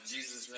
Jesus